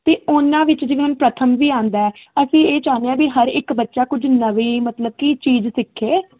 ਤੇ ਉਹਨਾਂ ਵਿੱਚ ਜਿਵੇਂ ਹੁਣ ਪ੍ਰਥਮ ਵੀ ਆਉਂਦਾ ਅਸੀਂ ਇਹ ਚਾਹੁੰਦੇ ਆ ਵੀ ਹਰ ਇੱਕ ਬੱਚਾ ਕੁਝ ਨਵੀਂ ਮਤਲਬ ਕੀ ਚੀਜ਼ ਸਿੱਖੇ